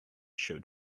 showed